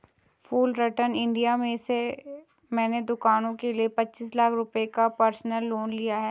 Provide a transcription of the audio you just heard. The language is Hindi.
फुलरटन इंडिया से मैंने दूकान के लिए पचीस लाख रुपये का पर्सनल लोन लिया है